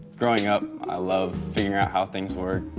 growing up, i loved figuring out how things worked,